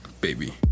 baby